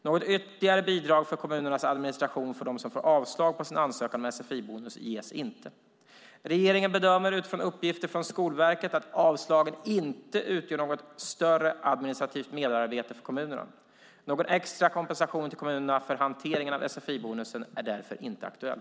Något ytterligare bidrag för kommunernas administration för dem som får avslag på sin ansökan om sfi-bonus ges inte. Regeringen bedömer, utifrån uppgifter från Skolverket, att avslagen inte utgör något större administrativt merarbete för kommunerna. Någon extra kompensation till kommunerna för hanteringen av sfi-bonusen är därför inte aktuell.